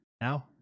Now